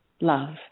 love